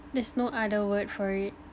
there's no other word for it